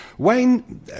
Wayne